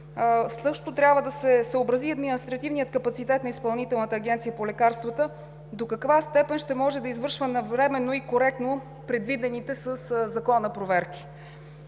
сектор. Трябва да се съобрази и административният капацитет на Изпълнителната агенция по лекарствата до каква степен ще може да извършва навременно и коректно предвидените със Закона проверки.